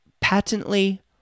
patently